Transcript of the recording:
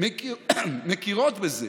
מכירות בזה